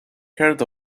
heard